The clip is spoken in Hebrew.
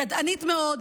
ידענית מאוד,